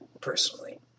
Personally